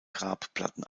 grabplatten